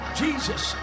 jesus